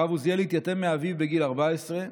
הרב עוזיאל התייתם מאביו בגיל 14,